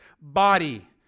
body